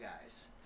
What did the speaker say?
guys